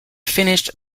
finished